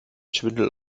schwindel